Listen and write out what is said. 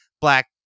black